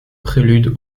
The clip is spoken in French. prélude